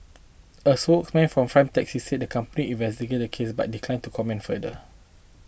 a spokesman for Prime Taxi said the company investigating the case but declined to comment further